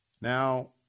Now